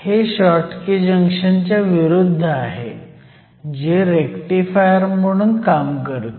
हे Schottky junction च्या विरुद्ध आहे जे रेक्टिफायर म्हणून काम करतं